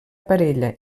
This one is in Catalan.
parella